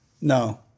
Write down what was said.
No